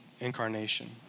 incarnation